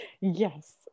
Yes